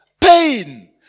pain